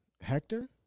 Hector